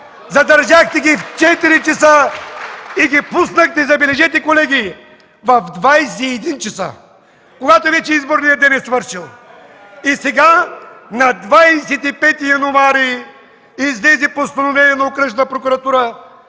Задържахте ги в 4,00 ч. и ги пуснахте, забележете, колеги, в 21,00 ч., когато вече изборният ден е свършил. Сега, на 22 януари, излезе постановление на Окръжна прокуратура: